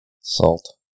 Salt